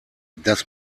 das